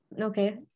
Okay